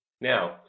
Now